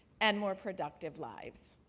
and more productive lives.